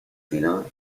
thinner